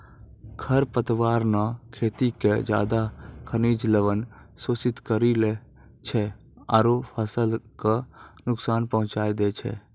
खर पतवार न खेत के ज्यादातर खनिज लवण शोषित करी लै छै आरो फसल कॅ नुकसान पहुँचाय दै छै